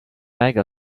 make